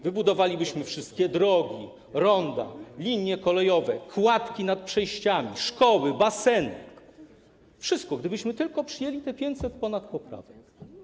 Wybudowalibyśmy wszystkie drogi, ronda, linie kolejowe, kładki nad przejściami, szkoły, baseny - wszystko, gdybyśmy tylko przyjęli tych ponad 500 poprawek.